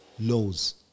laws